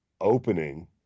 opening